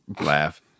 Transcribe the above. laugh